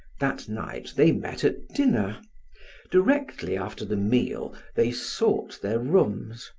that night they met at dinner directly after the meal they sought their rooms,